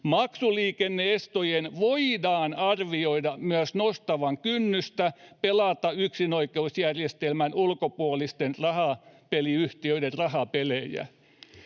Maksuliikenne-estojen voidaan arvioida myös nostavan kynnystä pelata yksinoikeusjärjestelmän ulkopuolisten rahapeliyhtiöiden rahapelejä.”